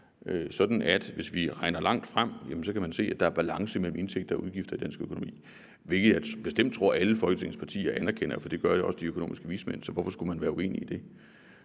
sådan at hvis vi regner langt frem, kan man se, at der er balance mellem udgifter og indtægter i dansk økonomi, hvilket jeg bestemt tror at alle Folketingets partier anerkender. Det gør de økonomiske vismænd jo også, så hvorfor skulle man være uenig i det?